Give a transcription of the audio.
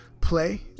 play